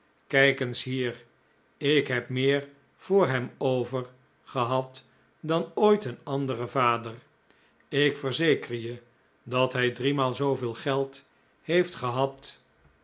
kijk eens hier ik heb meer voor hem over gehad dan ooit een andere vader ik verzeker je dat hij driemaal zooveel geld heeft gehad